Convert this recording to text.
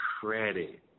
Credit